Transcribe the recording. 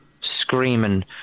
screaming